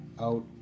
out